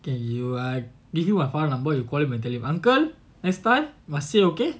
okay I you give you my father number you call him and tell him uncle next time must say okay